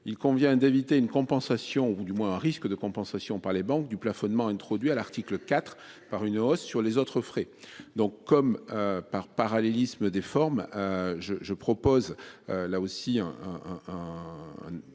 il convient d'éviter une compensation ou du moins à risque de compensation par les banques du plafonnement, introduit à l'article IV par une hausse sur les autres frais donc comme par parallélisme des formes. Je je propose là aussi un.